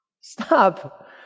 Stop